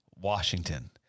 Washington